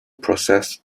processed